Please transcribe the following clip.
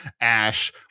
Ash